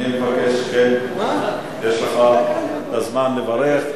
יש לך הזמן לברך.